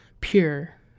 pure